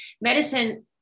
Medicine